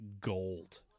gold